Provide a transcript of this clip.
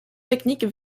techniques